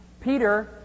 Peter